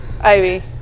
Ivy